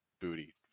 booty